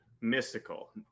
mystical